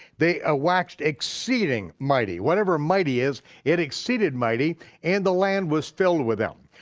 they ah waxed exceeding mighty, whatever mighty is, it exceeded mighty and the land was filled with them.